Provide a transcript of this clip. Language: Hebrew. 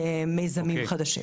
מיזמים חדשים.